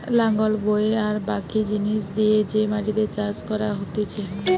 লাঙল বয়ে আর বাকি জিনিস দিয়ে যে মাটিতে চাষ করা হতিছে